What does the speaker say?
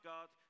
God